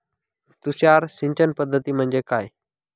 तुषार सिंचन पद्धती म्हणजे काय?